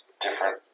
different